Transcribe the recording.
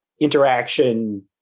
interaction